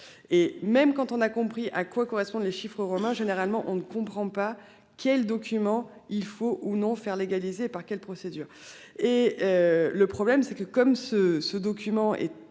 et même quand on a compris à quoi correspondent les chiffres Romains généralement on ne comprend pas quels documents il faut ou non faire légaliser par quelle procédure et. Le problème c'est que comme ce, ce document est